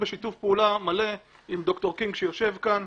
בשיתוף פעולה מלא עם דוקטור קינג שיושב כאן,